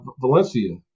Valencia